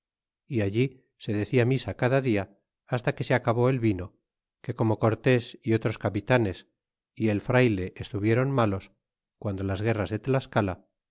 é allí se decia misa cada dia hasta que se acabó el vino que como cortés y otros capitanes y el frayle estuvieron malos cuando las guerras de tlascala